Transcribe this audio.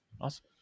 Awesome